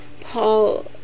Paul